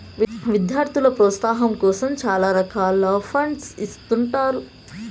విద్యార్థుల ప్రోత్సాహాం కోసం చాలా రకాల ఫండ్స్ ఇత్తుంటారు